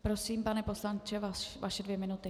Prosím, pane poslanče, vaše dvě minuty.